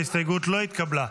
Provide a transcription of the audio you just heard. ההסתייגות לא התקבלה.